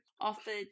offered